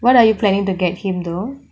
what are you planning to get him though